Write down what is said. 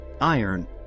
iron